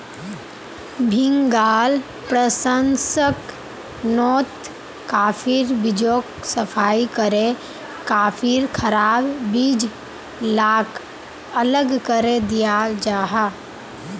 भीन्गाल प्रशंस्कर्नोत काफिर बीजोक सफाई करे काफिर खराब बीज लाक अलग करे दियाल जाहा